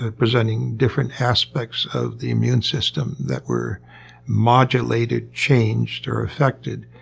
ah presenting different aspects of the immune system that were modulated, changed, or affected.